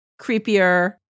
creepier